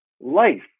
life